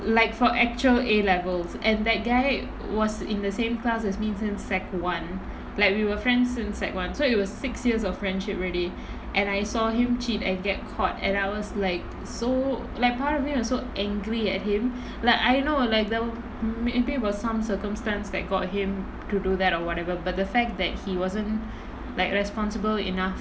like for actual A levels and that guy was in the same class as me since secondary one like we were friends since secondary one so it was six years of friendship already and I saw him cheat and get caught and I was like so like part of it also angry at him like I know like there maybe was some circumstance that got him to do that or whatever but the fact that he wasn't like responsible enough